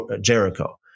Jericho